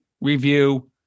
review